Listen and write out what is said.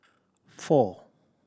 four